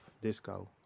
disco